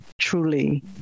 truly